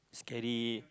scary